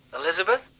elizabeth?